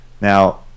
Now